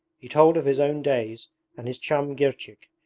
he told of his own days and his chum girchik,